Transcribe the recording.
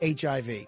HIV